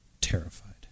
terrified